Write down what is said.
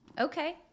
okay